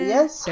Yes